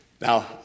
Now